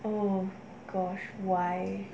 oh gosh why